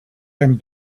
and